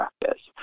practice